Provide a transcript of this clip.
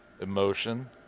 emotion